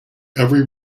every